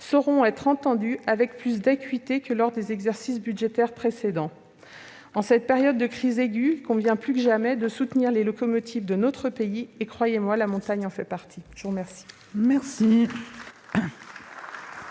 soient entendus avec plus d'acuité que lors des exercices budgétaires précédents. En cette période de crise aiguë, il convient plus que jamais de soutenir les locomotives de notre pays et, croyez-moi, la montagne en fait partie ! La parole